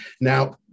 now